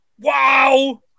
Wow